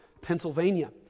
Pennsylvania